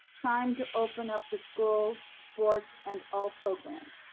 time to open up the schools, sports and all programs.